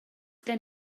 gen